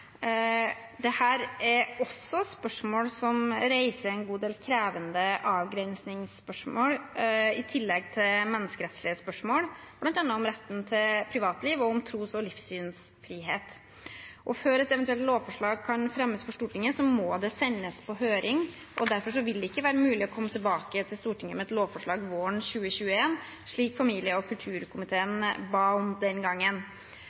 er også spørsmål som reiser en god del krevende avgrensningsspørsmål i tillegg til menneskerettighetsspørsmål, bl.a. om retten til privatliv og om tros- og livssynsfrihet. Før et eventuelt lovforslag kan fremmes for Stortinget, må det sendes på høring. Derfor vil det ikke være mulig å komme tilbake til Stortinget med et lovforslag våren 2021, slik familie- og kulturkomiteen ba om den gangen.